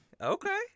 okay